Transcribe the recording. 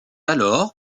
alors